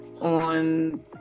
on